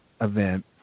event